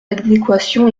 adéquation